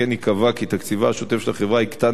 כמו